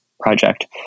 project